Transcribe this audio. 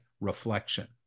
reflection